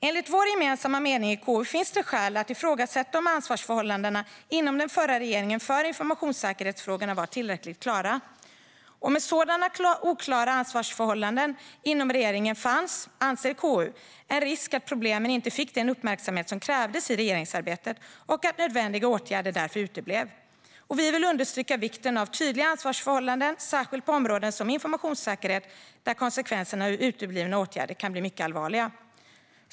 Enligt vår gemensamma mening i KU finns det skäl att ifrågasätta om ansvarsförhållandena inom den förra regeringen när det gäller informationssäkerhetsfrågorna var tillräckligt klara. KU anser att det med sådana oklara ansvarsförhållanden inom regeringen fanns en risk att problemen inte fick den uppmärksamhet som krävdes i regeringsarbetet och att nödvändiga åtgärder därför uteblev. Vi vill understryka vikten av tydliga ansvarsförhållanden, särskilt på områden som informationssäkerhet, där konsekvenserna av uteblivna åtgärder kan bli mycket allvarliga.